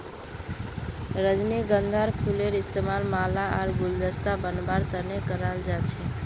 रजनीगंधार फूलेर इस्तमाल माला आर गुलदस्ता बनव्वार तने कराल जा छेक